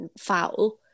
foul